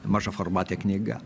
mažaformatė knyga